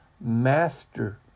Master